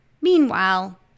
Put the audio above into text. Meanwhile